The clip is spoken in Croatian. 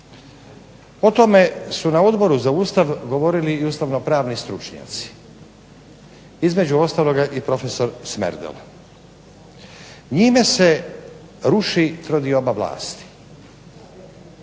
O tome su na Odboru za Ustav govorili i ustavno-pravni stručnjaci. Između ostaloga i profesor Smerdel. Njime se ruži trodioba vlasti.